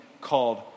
called